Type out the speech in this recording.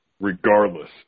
regardless